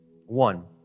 One